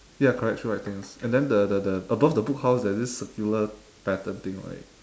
ya correct three white things and then the the the above the book house there's this circular pattern thing right